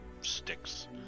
sticks